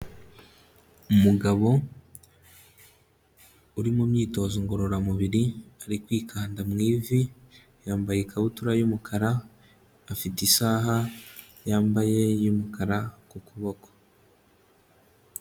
Umugabo uri mu myitozo ngororamubiri ari kwikanda mu ivi, yambaye ikabutura y'umukara, afite isaha yambaye y'umukara ku kuboko.